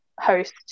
host